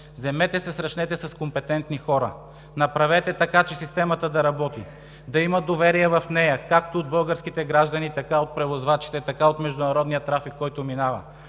вземете се срещнете с компетентни хора. Направете така, че системата да работи, да има доверие в нея както от българските граждани, така и от превозвачите, така и от международния трафик, който минава.